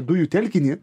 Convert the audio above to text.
dujų telkinį